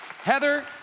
Heather